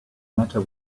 matter